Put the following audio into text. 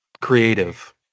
creative